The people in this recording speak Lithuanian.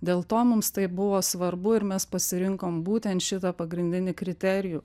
dėl to mums tai buvo svarbu ir mes pasirinkom būtent šitą pagrindinį kriterijų